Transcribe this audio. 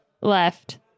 left